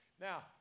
Now